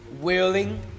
willing